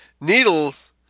needles